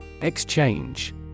Exchange